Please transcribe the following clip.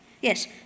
yes